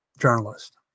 journalist